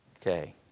Okay